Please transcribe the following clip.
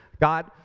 God